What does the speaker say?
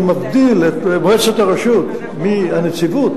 שמבדיל את מועצת הרשות מהנציבות,